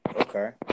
Okay